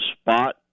spot